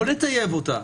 לא נטייב אותה.